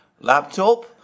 laptop